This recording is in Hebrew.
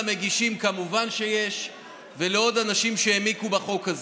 למגישים כמובן שיש ולעוד אנשים שהעמיקו בחוק הזה.